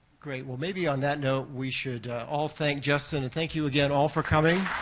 great. well, maybe on that note, we should all thank justin. and thank you, again, all for coming.